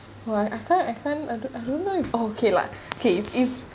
!wah! I can't I can't I don't know okay lah if if